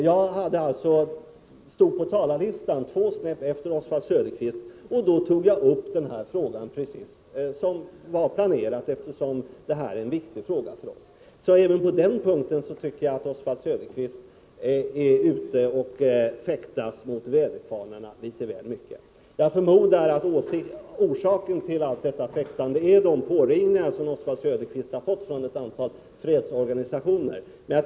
Jag stod på talarlistan två snäpp efter Oswald Söderqvist, och när jag fick ordet tog jag såsom planerat upp denna för oss så viktiga fråga. Även på den punkten tycker jag alltså att Oswald Söderqvist är ute och fäktar mot väderkvarnarna litet väl mycket. Jag förmodar att orsaken till allt detta fäktande är de påringningar som han har fått från ett antal fredsorganisationer.